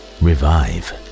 revive